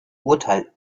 urteil